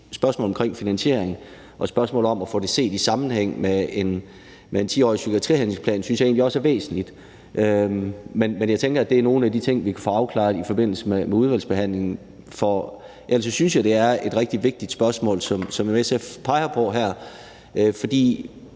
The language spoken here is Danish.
spørgsmålet om finansiering og spørgsmålet om at få det set i sammenhæng med en 10-årig psykiatrihandlingsplan synes jeg egentlig også er væsentligt, men jeg tænker, at det er nogle af de ting, vi kan få afklaret i forbindelse med udvalgsbehandlingen. Ellers synes jeg, at det er et rigtig vigtigt spørgsmål, som SF peger på her,